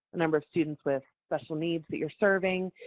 the number of students with special needs that you are serving.